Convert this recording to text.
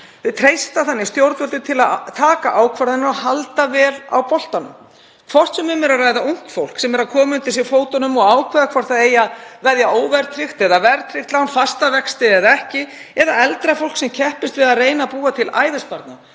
Þau treysta þannig stjórnvöldum til að taka ákvarðanir og halda vel á boltanum, hvort sem um er að ræða ungt fólk sem er að koma undir sig fótunum og ákveða hvort það eigi að velja óverðtryggt eða verðtryggt lán, fasta vexti eða ekki, eða eldra fólk sem keppist við að reyna að búa til ævisparnað,